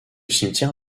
cimetière